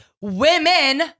women